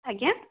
ଆଜ୍ଞା